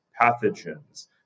pathogens